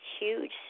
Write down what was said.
huge